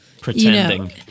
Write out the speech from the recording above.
Pretending